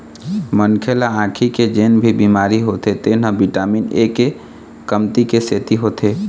मनखे ल आँखी के जेन भी बिमारी होथे तेन ह बिटामिन ए के कमती के सेती होथे